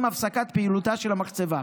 עם הפסקת פעילותה של המחצבה.